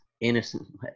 innocent